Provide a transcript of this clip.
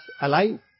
alive